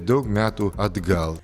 daug metų atgal